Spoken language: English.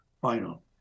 final